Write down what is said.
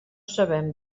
sabem